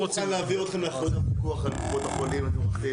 אני מוכן להעביר אתכם לאחריות הפיקוח על קופות החולים אם אתם רוצים.